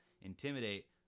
intimidate